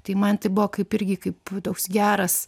tai man tai buvo kaip irgi kaip toks geras